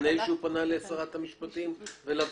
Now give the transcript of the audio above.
לפני שהוא פנה לשרת המשפטים ולוועדה?